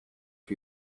for